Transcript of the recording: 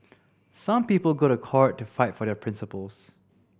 some people go to court to fight for their principles